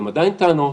הן עדיין טענות.